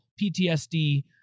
PTSD